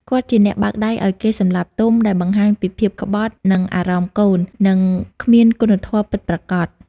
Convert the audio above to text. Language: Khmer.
គាត់ជាអ្នកបើកដៃឲ្យគេសម្លាប់ទុំ ដែលបង្ហាញពីភាពក្បត់នឹងអារម្មណ៍កូន និងគ្មានគុណធម៌ពិតប្រាកដ។